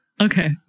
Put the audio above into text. okay